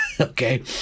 Okay